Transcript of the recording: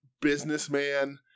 businessman